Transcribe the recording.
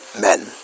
men